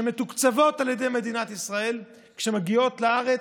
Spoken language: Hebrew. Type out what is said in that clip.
שמתוקצבות על ידי מדינת ישראל כשהן מגיעות לארץ,